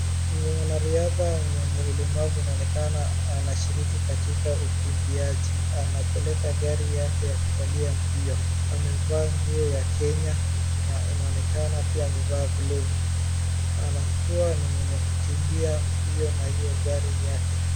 Mwanariadha mwenye ulemavu inaonekana anashiriki katika ukimbiaji. Anapeleka gari yake ya kukalia mbio. Amevaa nguo ya Kenya na inaonekana pia amevaa glovu. Anakuwa ni mwenye kukimbia mbio na hio gari yake.